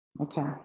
Okay